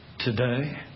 Today